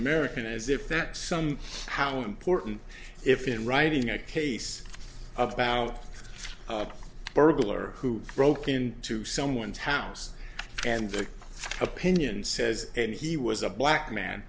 american as if that some how important if in writing a case of bow burglar who broke into someone's house and that opinion says and he was a black man